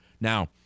now